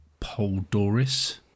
Poldoris